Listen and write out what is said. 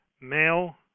male